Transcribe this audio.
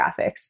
graphics